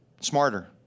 smarter